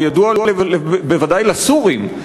הוא ידוע בוודאי לסורים.